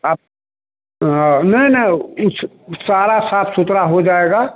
आप नहीं नहीं उस ऊ सारा साफ़ सुथरा हो जाएगा